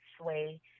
sway